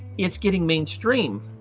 it's getting mainstream.